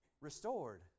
restored